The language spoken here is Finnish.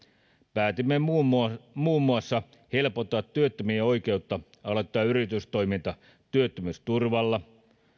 päätimme muun muassa muun muassa helpottaa työttömien oikeutta aloittaa yritystoiminta työttömyysturvalla